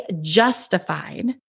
justified